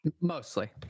Mostly